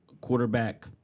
quarterback